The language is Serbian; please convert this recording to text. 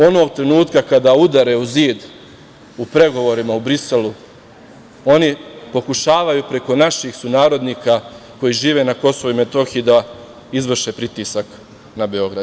Onog trenutka kada udare u zid u pregovorima u Briselu, oni pokušavaju preko naših sunarodnika koji žive na KiM da izvrše pritisak na Beograd.